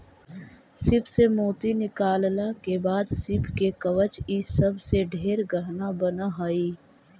सीप से मोती निकालला के बाद सीप के कवच ई सब से ढेर गहना बन हई